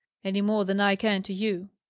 any more than i can to you.